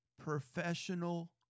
professional